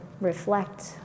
reflect